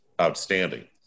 outstanding